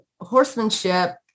horsemanship